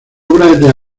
obra